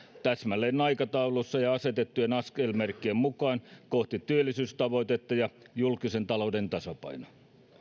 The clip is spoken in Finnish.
täsmälleen aikataulussa ja asetettujen askelmerkkien mukaan kohti työllisyystavoitetta ja julkisen talouden tasapainoa